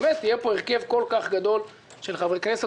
ויהיה פה הרכב כל כך גדול של חברי כנסת.